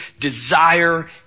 desire